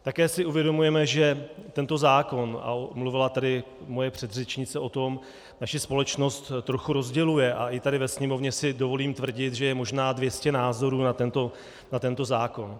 Také si uvědomujeme, že tento zákon, a mluvila tady moje předřečnice o tom, naši společnost trochu rozděluje, a i tady ve Sněmovně si dovolím tvrdit, že je možná dvě stě názorů na tento zákon.